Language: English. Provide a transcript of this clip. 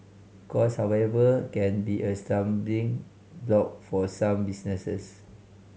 cost however can be a stumbling block for some businesses